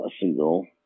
single